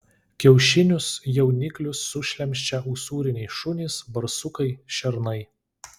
kiaušinius jauniklius sušlemščia usūriniai šunys barsukai šernai